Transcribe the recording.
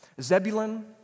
Zebulun